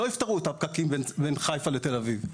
זה לא יפתור את הפקקים בין חיפה לתל אביב.